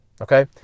okay